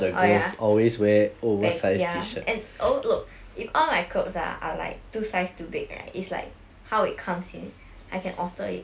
orh ya bag~ ya and oh look if all my clothes ah are like two size too big right is like how it comes in I can alter it